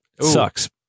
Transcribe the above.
Sucks